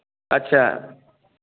अच्छा